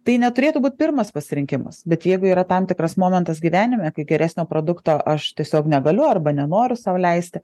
tai neturėtų būti pirmas pasirinkimas bet jeigu yra tam tikras momentas gyvenime kai geresnio produkto aš tiesiog negaliu arba nenoriu sau leisti